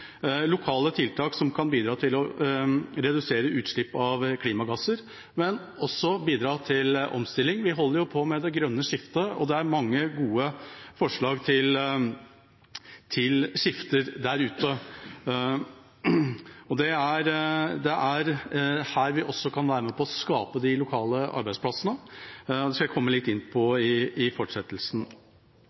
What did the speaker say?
lokale tiltak som kan bidra til å redusere utslipp av klimagasser, men som også kan bidra til omstilling – vi holder jo på med det grønne skiftet. Det er mange gode forslag til skifter der ute, og her kan vi også være med på å skape lokale arbeidsplasser. Det skal jeg komme litt inn på i fortsettelsen. Det grønne gründerskapet i